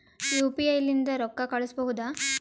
UPI ಲಿಂದ ರೊಕ್ಕ ಕಳಿಸಬಹುದಾ?